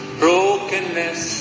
brokenness